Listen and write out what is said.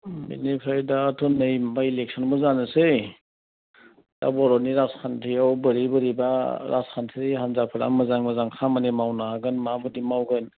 बेनिफ्राय दाथ' नै नुबाय इलेक्सनबो जानोसै दा बर'नि राजखान्थियाव बोरै बोरैबा राजखान्थियारि हानजाफोरा मोजां मोजां खामानि मावना हागोन माबायदि मावगोन